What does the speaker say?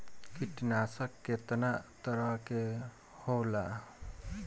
कीटनाशक केतना तरह के होला?